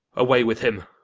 away with him,